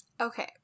Okay